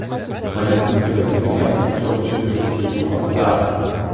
mane prispiria prie sienos tačiau aš žiebiu jokių komentarų